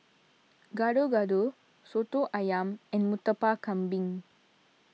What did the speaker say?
Gado Gado Soto Ayam and Murtabak Kambing